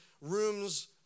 rooms